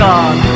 God